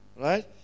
right